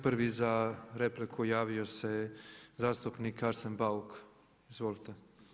Prvi za repliku javio se zastupnik Arsen Bauk, izvolite.